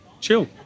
chill